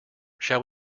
shall